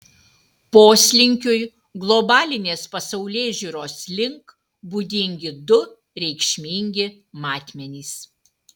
poslinkiui globalinės pasaulėžiūros link būdingi du reikšmingi matmenys